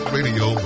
Radio